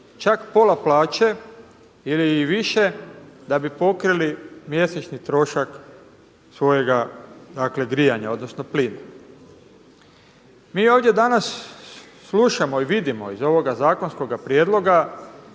čak pola plaće ili i više da bi pokrili mjesečni trošak svojega dakle grijanja, odnosno plina. Mi ovdje danas slušamo i vidimo iz ovoga zakonskoga prijedloga